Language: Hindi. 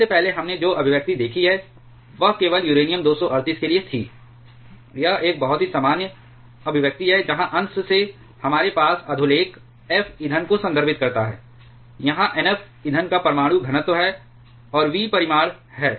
इससे पहले हमने जो अभिव्यक्ति देखी है वह केवल यूरेनियम 238 के लिए थी यह एक बहुत ही सामान्य अभिव्यक्ति है जहां अंश में हमारे पास अधोलेख f ईंधन को संदर्भित करता है यहां NF ईंधन का परमाणु घनत्व है और V परिमाण है